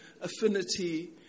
affinity